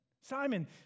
Simon